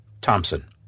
Thompson